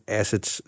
assets